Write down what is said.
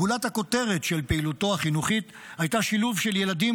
גולת הכותרת של פעילותו החינוכית הייתה שילוב של ילדים